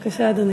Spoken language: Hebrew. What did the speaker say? בבקשה, אדוני.